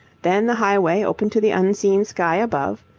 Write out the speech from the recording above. then the highway open to the unseen sky above,